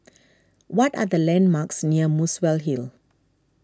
what are the landmarks near Muswell Hill